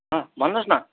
अँ भन्नुहोस् न